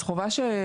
אז חובה.